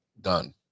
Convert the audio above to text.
done